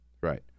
Right